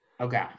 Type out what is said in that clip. Okay